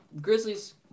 Grizzlies